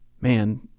man